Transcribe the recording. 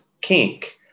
kink